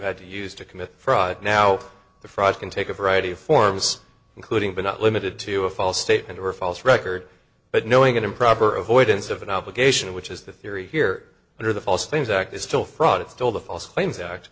had to use to commit fraud now the fraud can take a variety of forms including but not limited to a false statement or false record but knowing an improper avoidance of an obligation which is the theory here under the false claims act is still fraud it's still the false claims act